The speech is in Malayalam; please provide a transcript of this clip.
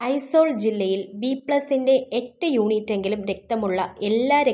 ഐസോൾ ജില്ലയിൽ ബിപ്ലസിൻ്റെ എട്ട് യൂണിറ്റെങ്കിലും രക്തമുള്ള എല്ലാ രക്ത ബാങ്കുകളും കണ്ടെത്തുക